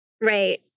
right